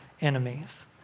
enemies